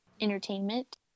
entertainment